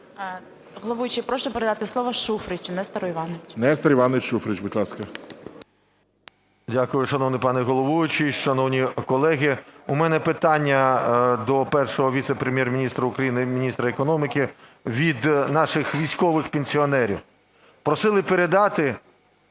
Головуючий, прошу передати слово Шуфричу Нестору Івановичу. ГОЛОВУЮЧИЙ. Нестор Іванович Шуфрич, будь ласка. 10:58:30 ШУФРИЧ Н.І. Дякую, шановний пане головуючий. Шановні колеги, у мене питання до Першого віце-прем'єр-міністра України - міністра економіки від наших військових пенсіонерів. Просили передати,